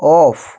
off